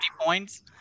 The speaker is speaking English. points